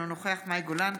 אינו נוכח מאי גולן,